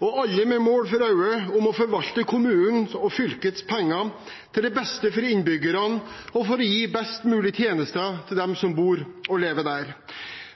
alle med det mål for øye å forvalte kommunenes og fylkenes penger til beste for innbyggerne og gi best mulig tjenester til dem som bor og lever der.